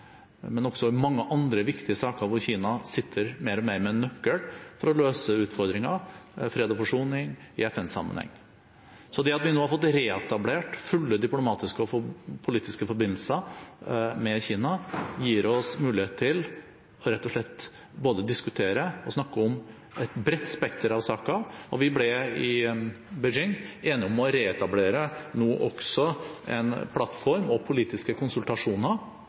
også i mange andre viktige saker hvor Kina sitter mer og mer med en nøkkel til å løse utfordringer, fred og forsoning i FN-sammenheng. Så det at vi nå har fått reetablert fulle diplomatiske og politiske forbindelser med Kina, gir oss mulighet til rett og slett både å diskutere og snakke om et bredt spekter av saker. Vi ble i Beijing enige om nå å reetablere også en plattform og politiske konsultasjoner